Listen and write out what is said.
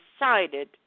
decided